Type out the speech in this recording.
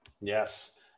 Yes